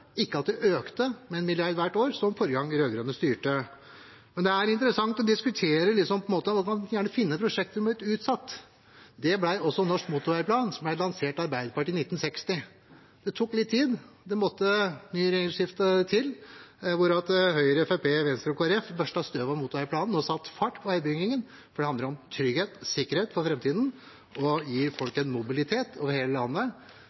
Det økte ikke med 1 mrd. kr hvert år, som forrige gang de rød-grønne styrte. Det er interessant å diskutere, og man vil gjerne finne prosjekter som er blitt utsatt. Det ble også den norske motorveiplanen som ble lansert av Arbeiderpartiet i 1960. Det tok litt tid. Det måtte et regjeringsskifte til, hvor Høyre, Fremskrittspartiet, Venstre og Kristelig Folkeparti børstet støv av motorveiplanen og satte fart på veibyggingen. Det handler om trygghet og sikkerhet for fremtiden å gi folk mobilitet over hele landet.